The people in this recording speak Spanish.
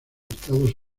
estados